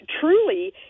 truly